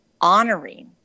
honoring